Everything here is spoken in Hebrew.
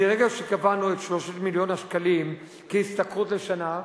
מרגע שקבענו את 3 מיליוני השקלים כהשתכרות לשנה,